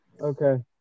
Okay